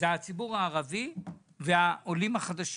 אם הן לא מופיעות: הציבור הערבי והעולים החדשים.